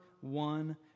one